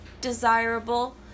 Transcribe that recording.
desirable